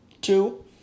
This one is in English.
two